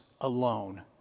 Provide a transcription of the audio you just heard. alone